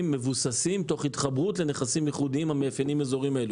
מבוססים תוך התחברות לנכסים ייחודיים המאפיינים אזורים אלה.